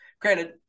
Granted